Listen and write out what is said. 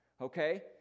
Okay